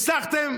הצלחתם.